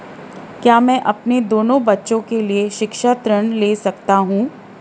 क्या मैं अपने दोनों बच्चों के लिए शिक्षा ऋण ले सकता हूँ?